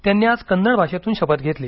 त्यांनी आज कन्नड भाषेतून शपथ घेतली